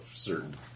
Certain